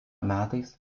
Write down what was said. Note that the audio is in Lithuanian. metais